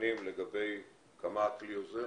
מעודכנים לגבי כמה הכלי עוזר?